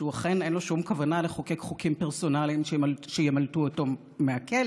שאכן אין לו שום כוונה לחוקק חוקים פרסונליים שימלטו אותו מהכלא.